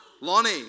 Lonnie